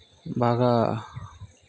బాగా